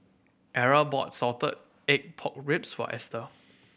Era bought salted egg pork ribs for Ester